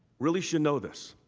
really should know this.